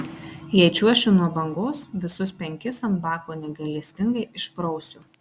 jei čiuošiu nuo bangos visus penkis ant bako negailestingai išprausiu